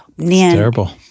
terrible